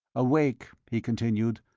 awake, he continued,